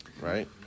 Right